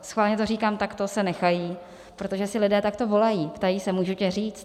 Schválně to říkám takto: se nechají, protože si lidé takto volají, ptají se, můžu tě říct?